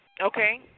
Okay